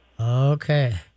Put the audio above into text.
Okay